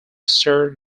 sir